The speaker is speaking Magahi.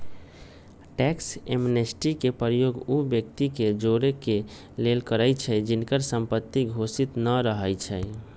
टैक्स एमनेस्टी के प्रयोग उ व्यक्ति के जोरेके लेल करइछि जिनकर संपत्ति घोषित न रहै छइ